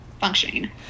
Functioning